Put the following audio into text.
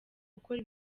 ukora